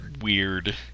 weird